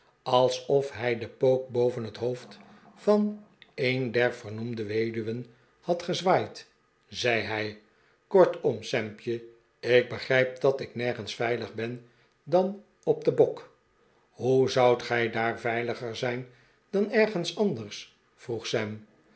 alsof hij den pook boven het hoofd van een der voornoemde weduwen had gezwaaid zei hij kortom sampje ik begrijp dat ik nergens veilig ben dan op den bok t hoe zoudt gij daar veiliger zijn dan ergens anders vroeg sam